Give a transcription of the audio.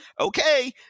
okay